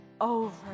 over